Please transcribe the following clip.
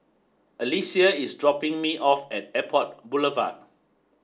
Alesia is dropping me off at Airport Boulevard